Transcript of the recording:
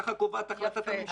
ככה קובעת החלטת הממשלה.